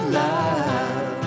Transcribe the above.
love